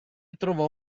trovò